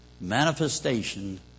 manifestation